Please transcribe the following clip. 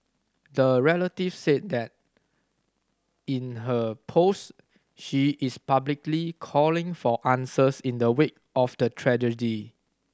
the relative said that in her post she is publicly calling for answers in the wake of the tragedy